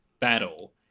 battle